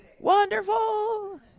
Wonderful